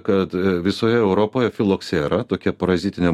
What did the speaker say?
kad visoje europoje filoksera tokia parazitinė